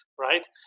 right